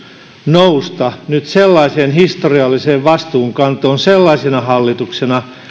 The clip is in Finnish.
nousta nyt sellaiseen historialliseen vastuunkantoon sellaisena hallituksena